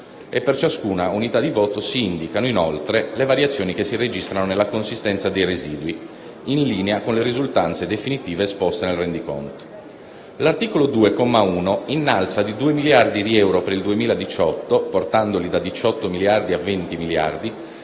e per ciascuna unità di voto si indicano inoltre le variazioni che si registrano nella consistenza dei residui, in linea con le risultanze definitive esposte nel rendiconto. L'articolo 2, comma 1, innalza di 2 miliardi di euro per il 2018, portandolo da 18 miliardi di euro a 20 miliardi